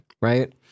right